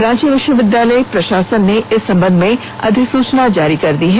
रांची विश्वविद्यालय प्रशासन ने इस संबंध में अधिसुचना जारी कर दी है